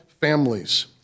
families